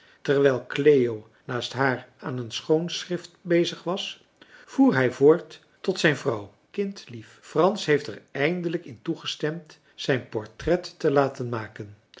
terwijl cleo naast haar aan een schoon schrift bezig was voer hij voort tot zijn vrouw kindlief frans heeft er eindelijk in toegestemd zijn portret te laten maken